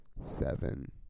seven